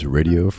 Radio